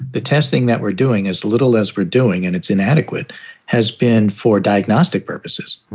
the testing that we're doing as little as we're doing and it's inadequate has been for diagnostic purposes.